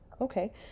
okay